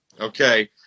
okay